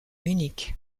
munich